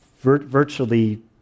virtually